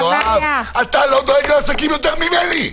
אתה לא דואג לעסקים יותר ממני.